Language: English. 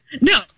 No